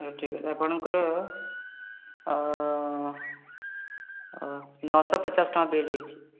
ହଁ ଠିକ୍ ଅଛି ଆପଣଙ୍କର ନଅଶହ ପଚାଶ ଟଙ୍କା ବିଲ୍ ହୋଇଛି